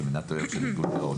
של מדינת אויב או של ארגון טרור,